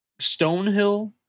Stonehill